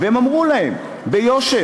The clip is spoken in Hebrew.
והם אמרו להם ביושר: